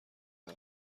عقب